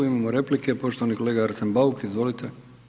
Imamo replike poštovani kolega Arsen Bauk, izvolite.